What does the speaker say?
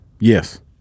Yes